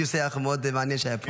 דו-שיח מאוד מעניין שהיה פה.